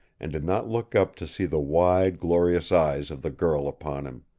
and did not look up to see the wide, glorious eyes of the girl upon him.